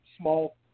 small